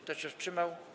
Kto się wstrzymał?